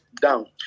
down